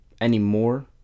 anymore